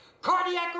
cardiac